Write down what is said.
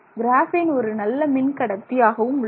கிராபின் ஒரு நல்ல மின்கடத்தி ஆகவும் உள்ளது